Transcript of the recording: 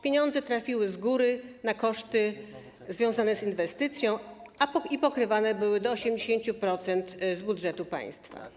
Pieniądze trafiły z góry na koszty związane z inwestycją i pokrywane to było do 80% z budżetu państwa.